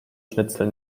schnitzel